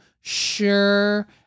Sure